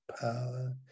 power